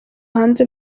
hanze